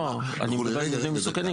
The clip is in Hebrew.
לא, אני מדבר על מבנים מסוכנים.